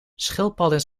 schildpadden